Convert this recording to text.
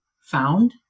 found